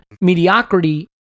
mediocrity